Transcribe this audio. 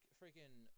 freaking